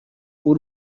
w’u